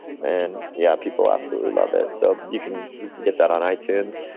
man, yeah people absolutely love it, so you can get that on itunes.